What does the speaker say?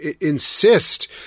insist